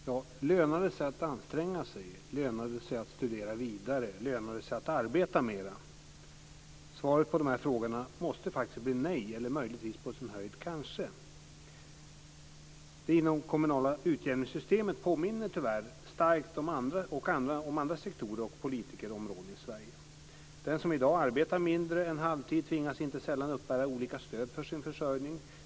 Fru talman! Lönar det sig att anstränga sig? Lönar det sig att studera vidare? Lönar det sig att arbeta mera? Svaret på frågorna måste bli nej eller möjligtvis på sin höjd kanske. Det inomkommunala utjämningssystemet påminner tyvärr starkt om andra sektorer och politikerområden i Sverige. Den som i dag arbetar mindre än halvtid tvingas inte sällan uppbära olika stöd för sin försörjning.